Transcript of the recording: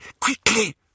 Quickly